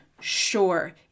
Sure